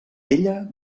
ella